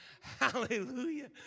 hallelujah